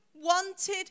wanted